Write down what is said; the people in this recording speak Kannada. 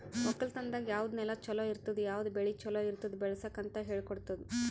ಒಕ್ಕಲತನದಾಗ್ ಯಾವುದ್ ನೆಲ ಛಲೋ ಇರ್ತುದ, ಯಾವುದ್ ಬೆಳಿ ಛಲೋ ಇರ್ತುದ್ ಬೆಳಸುಕ್ ಅಂತ್ ಹೇಳ್ಕೊಡತ್ತುದ್